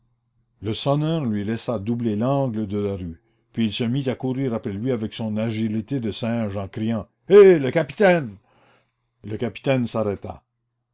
le sonneur lui laissa doubler l'angle de la rue puis il se mit à courir après lui avec son agilité de singe en criant hé le capitaine le capitaine s'arrêta